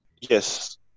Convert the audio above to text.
Yes